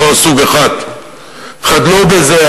ולא סוג אחד: חדלו מזה,